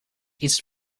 iets